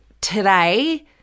today